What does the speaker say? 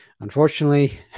unfortunately